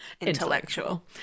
Intellectual